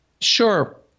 Sure